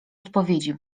odpowiedzi